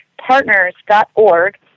partners.org